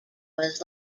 was